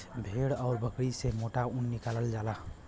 भेड़ आउर बकरी से मोटा ऊन निकालल जाला